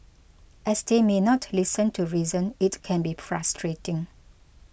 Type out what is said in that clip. as they may not listen to reason it can be frustrating